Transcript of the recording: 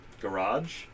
garage